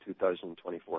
2024